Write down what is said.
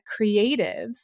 creatives